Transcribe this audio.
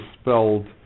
spelled